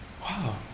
Wow